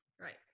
Right